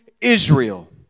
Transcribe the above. Israel